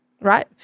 right